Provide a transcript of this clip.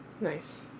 Nice